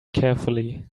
carefully